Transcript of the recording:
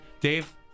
Dave